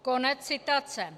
Konec citace.